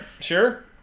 Sure